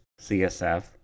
CSF